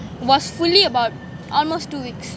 it was fully about almost two weeks